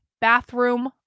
bathroom